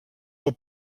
del